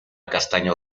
castaño